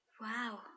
Wow